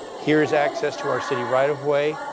here's access to our city right-of-way.